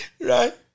Right